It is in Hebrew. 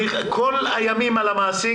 כל הימים על המעסיק,